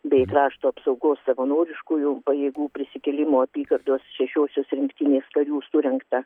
bei krašto apsaugos savanoriškųjų pajėgų prisikėlimo apygardos šešiosios rinktinės karių surengtą